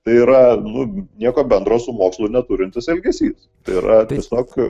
tai yra nu nieko bendro su mokslu neturintis elgesys tai yra tiesiog